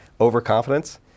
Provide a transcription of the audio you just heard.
overconfidence